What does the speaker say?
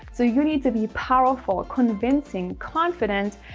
so you need to be powerful, convincing, confident,